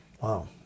wow